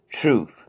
truth